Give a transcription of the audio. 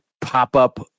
pop-up